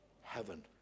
heaven